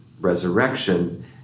resurrection